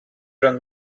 run